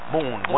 Moon